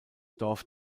dorf